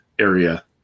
area